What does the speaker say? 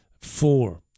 Four